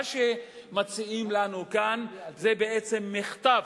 מה שמציעים לנו כאן זה בעצם מחטף,